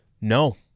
No